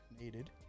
needed